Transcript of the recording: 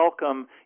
welcome